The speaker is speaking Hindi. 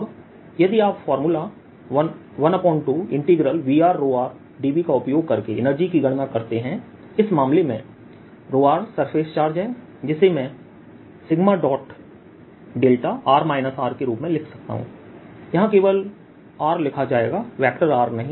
अब यदि आप फॉर्मूला 12VrrdV का उपयोग करके एनर्जी की गणना करते हैं इस मामले में r सरफेस चार्ज है जिसे मैं σδr R के रूप में लिख सकता हूं यहां केवल r लिखा जाएगा वेक्टर r नहीं